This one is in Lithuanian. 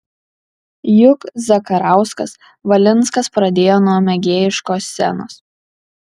juk zakarauskas valinskas pradėjo nuo mėgėjiškos scenos